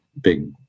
big